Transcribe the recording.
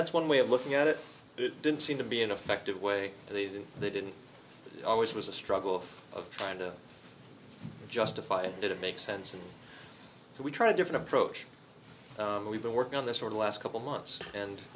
that's one way of looking at it it didn't seem to be an effective way they didn't always was a struggle of trying to justify it didn't make sense and so we tried different approach we've been working on this or the last couple months and